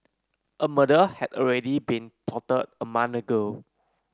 a murder had already been plotted a month